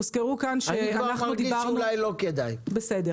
הוזכרו כאן שאנחנו דיברנו --- אולי לא כדאי,